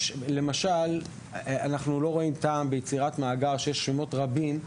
למשל אנחנו לא רואים טעם ביצירת מאגר של שמות רבים.